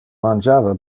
mangiava